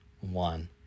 one